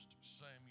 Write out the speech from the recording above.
Samuel